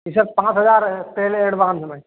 जी sir पाँच हज़ार पहले एडवान्स में